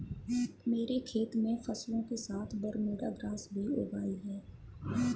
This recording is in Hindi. मेरे खेत में फसलों के साथ बरमूडा ग्रास भी उग आई हैं